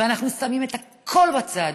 ואנחנו שמים את הכול בצד?